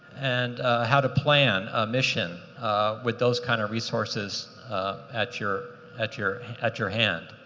and ah how to plan a mission with those kind of resources at your at your at your hand.